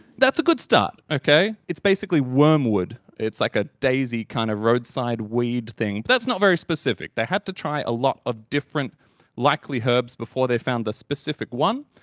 that's a good start, okay. it's basically wormwood. it's like a daisy kind of roadside weed thing. that's not very specific, they had to try a lot of different likely herbs before they found the specific one.